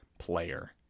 player